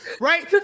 right